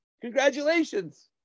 Congratulations